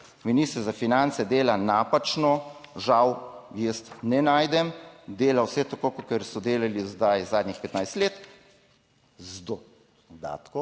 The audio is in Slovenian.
minister za finance dela napačno, žal jaz ne najdem. Dela vse tako kakor so delali zdaj zadnjih 15 let, z dodatkom